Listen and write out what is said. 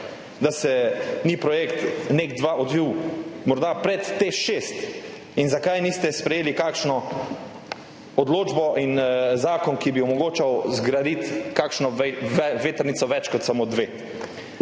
da se ni projekt NEK2 odvil morda pred TEŠ 6. Zakaj niste sprejeli kakšne odločbe in zakona, ki bi omogočala zgraditi kakšno vetrnico več kot samo dve?